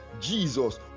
Jesus